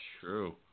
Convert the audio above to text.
True